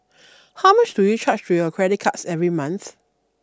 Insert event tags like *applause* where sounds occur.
*noise* how much do you charge to your credit cards every month